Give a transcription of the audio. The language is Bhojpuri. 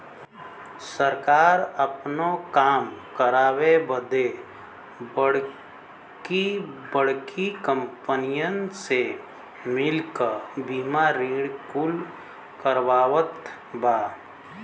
सरकार आपनो काम करावे बदे बड़की बड़्की कंपनीअन से मिल क बीमा ऋण कुल करवावत बा